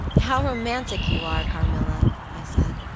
how romantic you are, carmilla, i said.